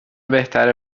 بهتره